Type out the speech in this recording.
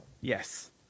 Yes